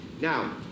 now